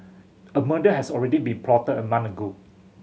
a murder has already been plotted a month ago